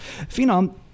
Phenom